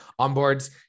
onboards